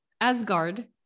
Asgard